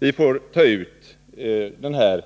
Vi får ta ut den här